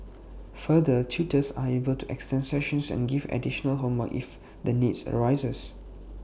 further tutors are able to extend sessions and give additional homework if the need arises